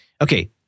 okay